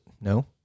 no